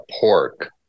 pork